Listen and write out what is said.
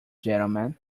gentlemen